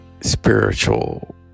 spiritual